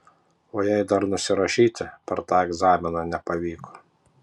o jei dar nusirašyti per tą egzaminą nepavyko